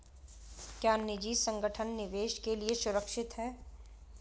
क्या निजी संगठन निवेश के लिए सुरक्षित हैं?